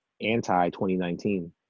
anti-2019